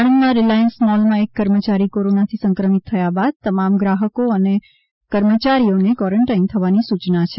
આણંદમાં રિલાયન્સ મોલમાં એક કર્મચારી કોરોનાથી સંક્રમિત થયા બાદ તમામ ગ્રાહકો અને કર્મચારીઓને કોરન્ટાઇન થવના સૂચના અપાઇ છે